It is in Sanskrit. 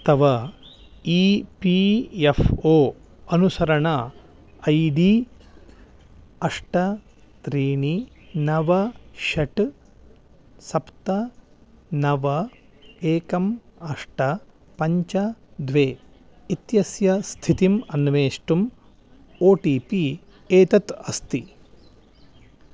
तव ई पी एफ़् ओ अनुसरण ऐ डी अष्ट त्रीणि नव षट् सप्त नव एकम् अष्ट पञ्च द्वे इत्यस्य स्थितिम् अन्वेष्टुम् ओ टी पि एतत् अस्ति